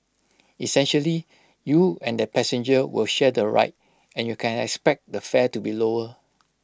essentially you and that passenger will share the ride and you can expect the fare to be lower